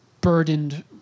burdened